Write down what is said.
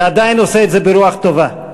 ועדיין עושה את זה ברוח טובה.